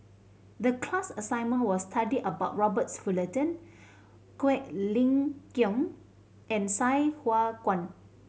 the class assignment was study about Robert Fullerton Quek Ling Kiong and Sai Hua Kuan